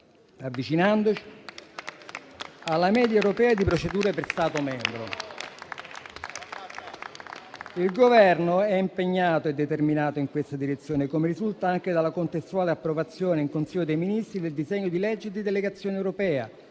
avvicinandoci alla media europea di procedure per Stato membro. Il Governo è impegnato e determinato in questa direzione, come risulta anche dalla contestuale approvazione in Consiglio dei ministri del disegno di legge di delegazione europea,